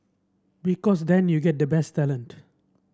because then you get the best talent